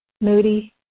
moody